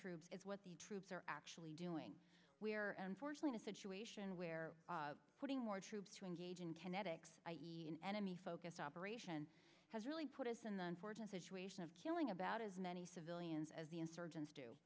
troops is what the troops are actually doing we're enforcing a situation where putting more troops to engage in kinetics the enemy focused operation has really put us in the unfortunate situation of killing about as many civilians as the insurgents do